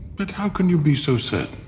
but how can you be so certain?